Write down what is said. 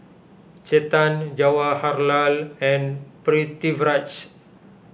Chetan Jawaharlal and Pritiviraj